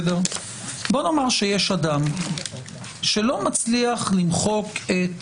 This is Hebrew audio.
בואו נאמר שיש אדם שלא מצליח למחוק את